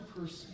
person